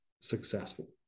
successful